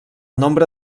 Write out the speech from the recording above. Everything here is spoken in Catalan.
nombre